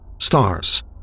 stars